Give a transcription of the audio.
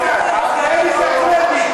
תראה לי את הקרדיט.